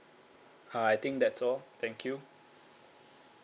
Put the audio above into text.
uh I think that's all thank you